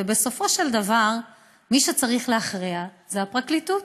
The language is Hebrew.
ובסופו של דבר מי שצריך להכריע זה הפרקליטות.